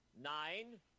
Nine